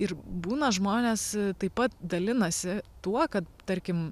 ir būna žmonės taip pat dalinasi tuo kad tarkim